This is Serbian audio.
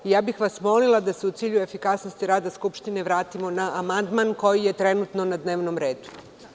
Molila bih vas da se u cilju efikasnosti rada Skupštine vratimo na amandman koji je trenutno na dnevnom redu.